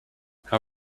how